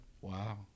wow